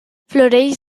floreix